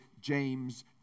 James